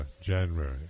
January